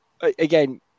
again